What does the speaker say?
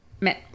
men